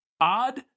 Odd